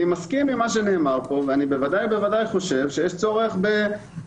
אני מסכים עם מה שנאמר פה ואני חושב שיש צורך שתהיה